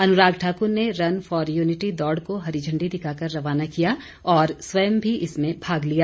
अनुराग ठाकुर ने run for unity दौड़ को हरी झंडी दिखाकर रवाना किया और स्वयं भी इसमें भाग लिया